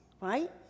right